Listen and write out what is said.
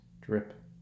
drip